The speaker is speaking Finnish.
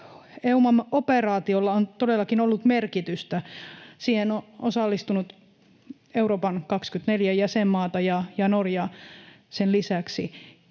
EUMAM-operaatiolla on todellakin ollut merkitystä. Siihen ovat osallistuneet Euroopan unionin 24 jäsenmaata ja Norja niiden lisäksi.